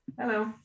hello